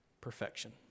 perfection